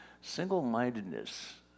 single-mindedness